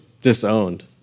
disowned